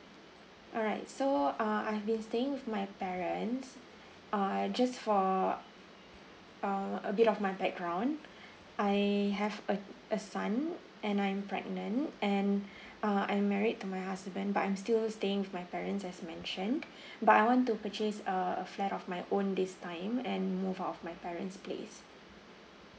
alright so uh I've been staying with my parents err just for uh a bit of my background I have a a son and I'm pregnant and uh I'm married to my husband but I'm still staying with my parents as mentioned but I want to purchase a a flat of my own this time and move out of my parent's place